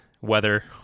weather